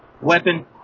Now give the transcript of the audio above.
weapon